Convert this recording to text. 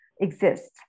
exists